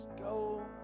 Go